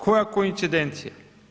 Koja koincidencija.